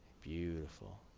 Beautiful